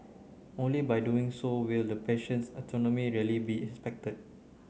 only by doing so will the patient's autonomy really be respected